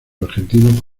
argentino